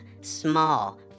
small